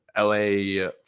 la